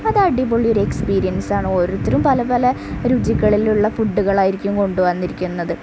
അത് അടിപൊളി ഒരു എക്സ്പീരിയൻസ് ആണ് ഓരോത്തരും പല പല രുചികളിലുള്ള ഫുഡ്ഡുകളായിരിക്കും കൊണ്ടുവന്നിരിക്കുന്നത്